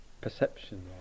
perception